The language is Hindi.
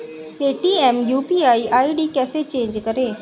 पेटीएम यू.पी.आई आई.डी कैसे चेंज करें?